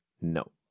No